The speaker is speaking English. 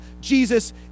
Jesus